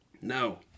No